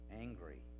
angry